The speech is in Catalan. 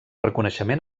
reconeixement